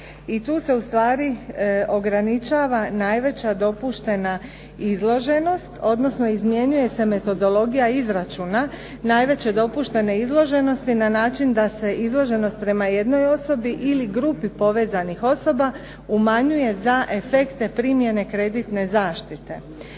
I tu se ustvari ograničava najveća dopuštena izloženost, odnosno izmjenjuje se metodologija izračuna najveće dopuštene izloženosti na način da se izloženost prema jednoj osobi ili grubi povezanih osoba, umanjuje za efekte primjene kreditne zaštite